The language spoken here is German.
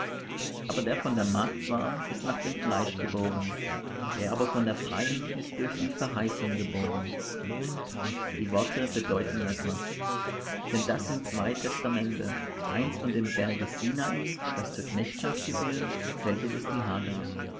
aber der von der magd war ist nach dem fleisch geboren der aber von der freien ist durch die verheißung geboren die worte bedeuten etwas denn das sind zwei testamente eins von dem berge sinai daß zur knechtschaft gebiert welches ist die hagar